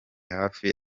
hafi